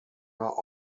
are